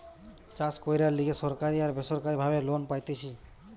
চাষ কইরার লিগে সরকারি আর বেসরকারি ভাবে লোন পাইতেছি